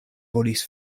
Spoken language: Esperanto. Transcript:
volis